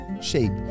shape